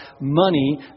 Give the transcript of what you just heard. money